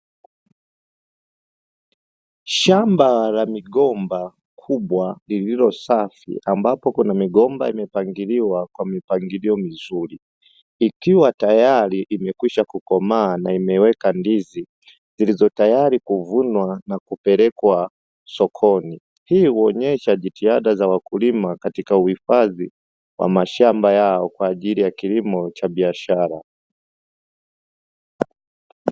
Shamba la migomba kubwa lililosafi ambapo kuna migomba imepangiwa kwa mpangilio mzuri. Ikiwa tayari imekwisha kukomaa na kuweka ndizi zilizotayari kuvunwa kupelekwa sokoni, hii huonesha jitihada za wakulima katika huhifadhi wa mashamba yao kwa ajili ya kilimo cha biashara.